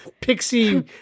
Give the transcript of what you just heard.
Pixie